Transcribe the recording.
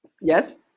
Yes